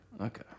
Okay